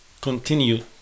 continue